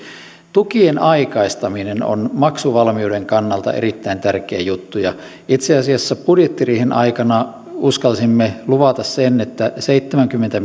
tukien aikaistaminen on maksuvalmiuden kannalta erittäin tärkeä juttu itse asiassa budjettiriihen aikana uskalsimme luvata että seitsemänkymmentä